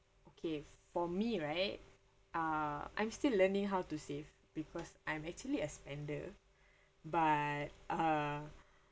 okay for me right uh I'm still learning how to save because I am actually a spender but uh